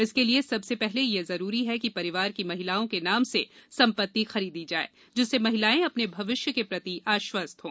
इसके लिये सबसे पहले यह जरूरी है कि परिवार की महिलाओं के नाम से सम्पत्ति खरीदी जाये जिससे महिलाएँ अपने भविष्य के प्रति आश्वस्त हों